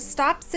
Stop